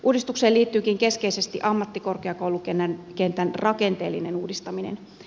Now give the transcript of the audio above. uudistukseen liittyykin keskeisesti ammattikorkeakoulukentän rakenteellinen uudistaminen